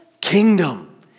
kingdom